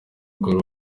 urwo